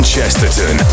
Chesterton